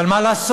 אבל מה לעשות,